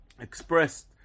expressed